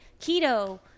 keto